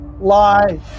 lie